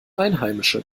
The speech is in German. einheimische